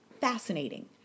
fascinating